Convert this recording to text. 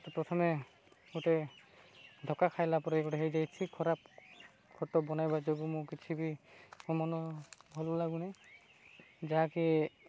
ପ୍ରଥମେ ଗୋଟେ ଧୋକା ଖାଇଲା ପରେ ଗୋଟେ ହୋଇଯାଇଛି ଖରାପ ଖଟ ବନାଇବା ଯୋଗୁଁ ମୁଁ କିଛି ବି ମୋ ମନ ଭଲ ଲାଗୁନି ଯାହାକି